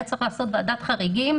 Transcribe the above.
היה צריך לעשות ועדת חריגים.